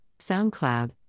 SoundCloud